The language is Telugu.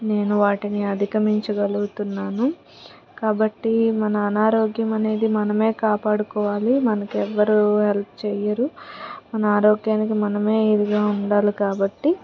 నేను వాటిని అధిగమించగలుగుతున్నాను కాబట్టి మన అనారోగ్యం అనేది మనమే కాపాడుకోవాలి మనకు ఎవ్వరూ హెల్ప్ చెయ్యరు మన ఆరోగ్యానికి మనమే ఇదిగా ఉండాలి కాబట్టి